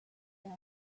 gas